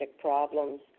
problems